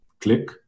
click